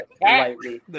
lightly